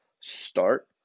start